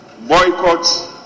boycotts